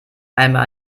einmal